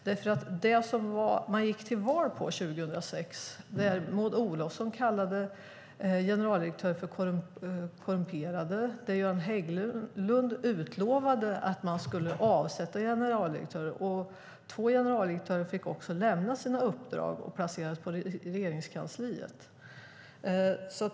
När man gick till val 2006 kallade Maud Olofsson generaldirektörer för korrumperade och Göran Hägglund utlovade att man skulle avsätta generaldirektörer; två generaldirektörer fick lämna sina uppdrag och placerades på Regeringskansliet.